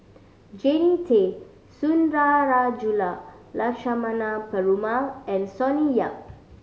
Jannie Tay Sundarajulu Lakshmana Perumal and Sonny Yap